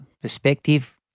perspective